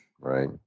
Right